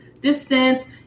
distance